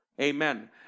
Amen